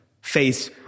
face